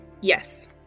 yes